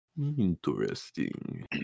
Interesting